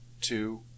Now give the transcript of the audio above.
two